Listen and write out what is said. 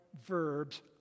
verbs